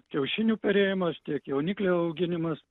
kiaušinių perėjimas tiek jauniklių auginimas